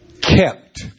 kept